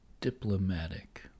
diplomatic